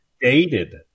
Dated